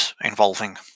involving